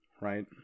right